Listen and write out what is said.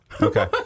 Okay